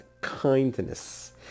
kindness